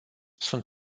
sunt